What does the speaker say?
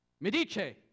Medici